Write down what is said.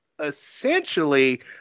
Essentially